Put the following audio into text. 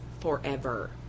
forever